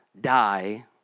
die